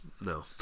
no